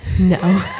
no